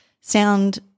sound